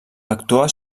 actua